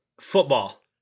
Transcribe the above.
Football